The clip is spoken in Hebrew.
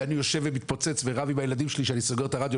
ואני יושב ומתפוצץ ורב עם הילדים שלי שאני סוגר את הרדיו,